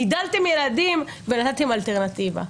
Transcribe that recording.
גידלתם ילדים ונתתם אלטרנטיבה.